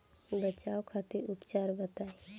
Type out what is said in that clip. बचाव खातिर उपचार बताई?